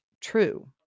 true